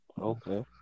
Okay